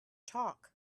talk